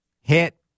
hit